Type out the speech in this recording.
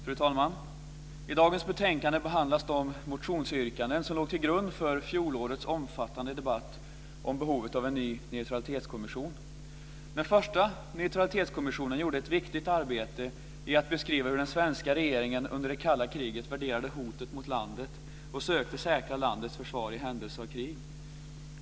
Fru talman! I dagens betänkande behandlas de motionsyrkanden som låg till grund för fjolårets omfattande debatt om behovet av en ny neutralitetskommission. Den första neutralitetskommissionen gjorde ett viktigt arbete i att beskriva hur den svenska regeringen under det kalla kriget värderade hotet mot landet och sökte säkra landets försvar, i händelse av krig.